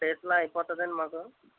two డేస్లో అయిపోతదండి మాకు